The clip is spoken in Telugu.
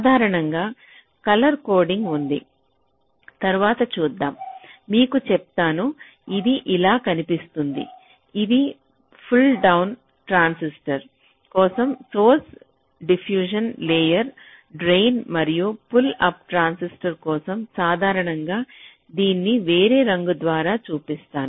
సాధారణంగా కలర్ కోడింగ్ ఉంది తరువాత చూద్దాం మీకు చెప్తాను ఇది ఇలా కనిపిస్తుంది ఇది పుల్ డౌన్ ట్రాన్సిస్టర్ కోసం సోర్స్ డిఫ్యూజన్ లేయర్కు డ్రెయిన్ మరియు పుల్ అప్ ట్రాన్సిస్టర్ కోసం సాధారణంగా దీన్ని వేరే రంగు ద్వారా చూపిస్తున్న